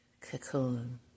cocoon